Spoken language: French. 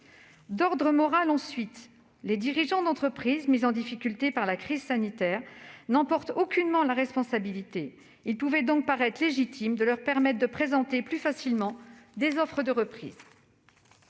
de vue moral, ensuite, les dirigeants d'entreprises mises en difficulté par la crise sanitaire n'en portent aucunement la responsabilité : il pouvait donc paraître légitime de leur permettre de présenter plus facilement des offres de reprise.